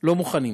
לא מוכנים.